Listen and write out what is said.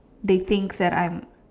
they think that I'm